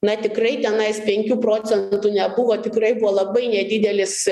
na tikrai tenais penkių procentų nebuvo tikrai buvo labai nedidelis